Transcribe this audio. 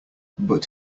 but